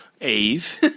eve